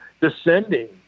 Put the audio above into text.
descending